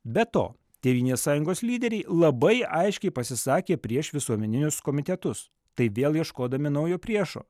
be to tėvynės sąjungos lyderiai labai aiškiai pasisakė prieš visuomeninius komitetus tai vėl ieškodami naujo priešo